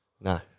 No